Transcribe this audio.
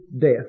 death